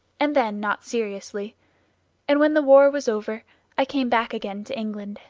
and then not seriously and when the war was over i came back again to england,